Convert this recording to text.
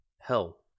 Hell